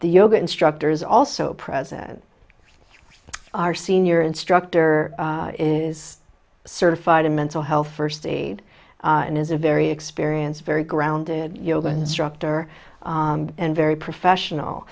the yoga instructors also present our senior instructor is certified in mental health first aid and is a very experienced very grounded yoga instructor and very professional